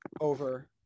Over